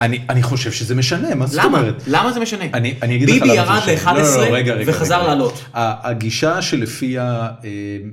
אני חושב שזה משנה מה זאת אומרת? למה זה משנה? ביבי ירד לאחד עשרה וחזר לעלות. הגישה שלפי ה...